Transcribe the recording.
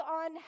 on